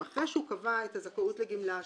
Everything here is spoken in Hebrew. אחרי שהוא קבע את הזכאות לגמלה,